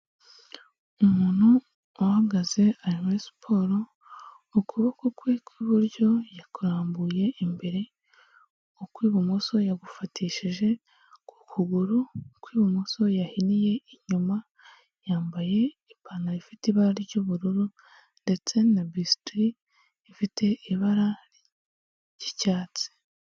Umuntu uhagaze ari muri siporo mu kuboko kwe kw'iburyo yakurambuye imbere yu kw'ibumoso yagufatishije ku kuguru kw'ibumoso yahiniye inyuma yambaye ipantaro ifite ibara ry'ubururu ndetse na bisitiye ifite ibara ry'icyatsi.